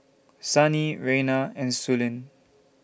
Sannie Reina and Suellen